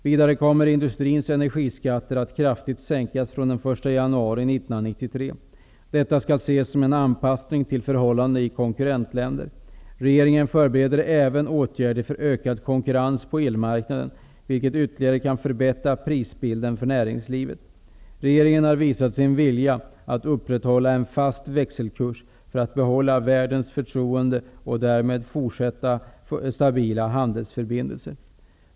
Vidare kommer industrins energiskatter att kraftigt sänkas från den 1 januari 1993. Detta skall ses som en anpassning till förhållandena i konkurrentländer. Regeringen förbereder även åtgärder för en ökad konkurrens på elmarknaden, vilket ytterligare kan förbättra prisbilden för näringslivet. Regeringen har visat sin vilja att upprätthålla en fast växelkurs för att behålla omvärldens förtroende och därmed fortsatta stabila handelsförbindelser.